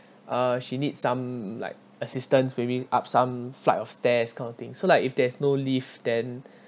uh she need some like assistance maybe up some flight or stairs kind of thing so like if there's no lift then